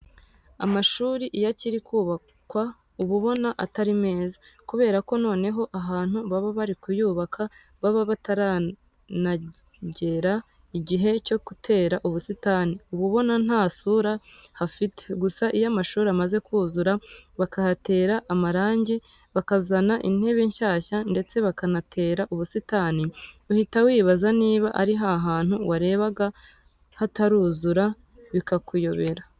Amashuri iyo akiri kubakwa uba ubona atari meza. Kubera ko noneho ahantu baba bari kuyubaka baba bataranagera igihe cyo gutera ubusitani, uba ubona nta sura hafite. Gusa iyo amashuri amaze kuzura bakayatera amarangi, bakazana intebe nshyashya ndetse bakanatera ubusitani, uhita wibaza niba ari ha hantu warebaga hataruzura bikakuyobera.